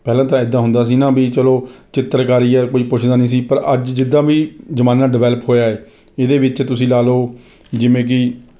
ਪਹਿਲਾਂ ਦਾ ਇੱਦਾਂ ਹੁੰਦਾ ਸੀ ਨਾ ਵੀ ਚਲੋ ਚਿੱਤਰਕਾਰੀ ਹੈ ਕੋਈ ਪੁੱਛਦਾ ਨਹੀਂ ਸੀ ਪਰ ਅੱਜ ਜਿੱਦਾਂ ਵੀ ਜ਼ਮਾਨਾ ਡਿਵਲਪ ਹੋਇਆ ਹੈ ਇਹਦੇ ਵਿੱਚ ਤੁਸੀਂ ਲਗਾ ਲਓ ਜਿਵੇਂ ਕਿ